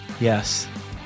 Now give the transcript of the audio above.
yes